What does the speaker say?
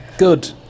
Good